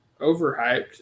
overhyped